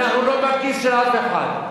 אנחנו לא בכיס של אף אחד.